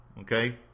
Okay